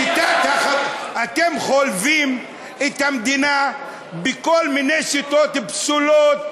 אתם חולבים את המדינה בכל מיני שיטות פסולות,